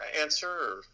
answer